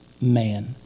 man